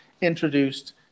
introduced